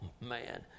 man